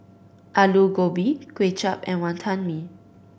Aloo Gobi Kway Chap and Wantan Mee